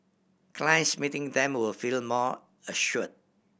clients meeting them will feel more assured